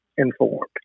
Informed